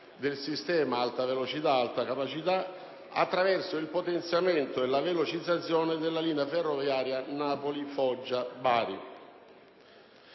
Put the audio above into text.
del sistema Alta velocità/Alta capacità attraverso il potenziamento e la velocizzazione della linea ferroviaria Napoli-Foggia-Bari.